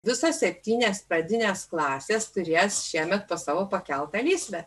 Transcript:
visos septynios pradinės klasės turės šiemet po savo pakeltą lysvę